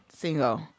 Single